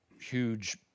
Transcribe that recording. huge